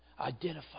Identify